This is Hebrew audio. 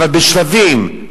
אבל בשלבים,